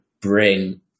bring